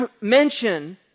mention